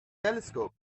telescope